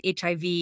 HIV